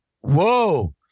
Whoa